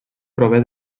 prové